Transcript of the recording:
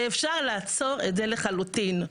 ואפשר לעצור את זה לחלוטין.